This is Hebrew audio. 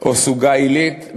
או סוגה עילית,